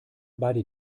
beide